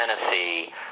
Tennessee